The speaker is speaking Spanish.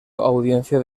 audiencia